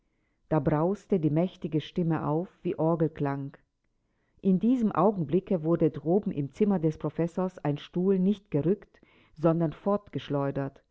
da brauste die mächtige stimme auf wie orgelklang in diesem augenblicke wurde droben im zimmer des professors ein stuhl nicht gerückt sondern